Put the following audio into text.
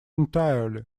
entirely